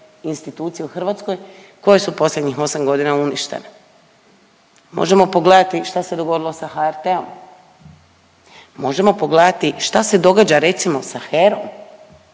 institucije u Hrvatskoj koje su posljednjih 8 godina uništene. Možemo pogledati šta se dogodilo sa HRT-om. Možemo pogledati šta se događa recimo sa HEROM